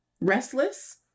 Restless